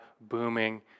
booming